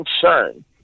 concern